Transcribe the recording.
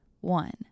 One